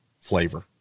flavor